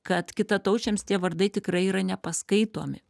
kad kitataučiams tie vardai tikrai yra nepaskaitomi